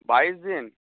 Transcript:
বাইশ দিন